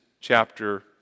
chapter